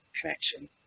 connection